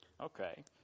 Okay